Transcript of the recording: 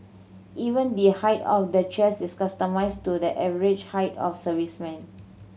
even the height of the chairs is customised to the average height of servicemen